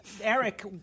Eric